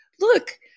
look